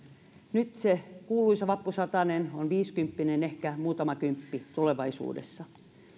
nyt se kuuluisa vappusatanen on viisikymppinen ehkä muutama kymppi tulevaisuudessa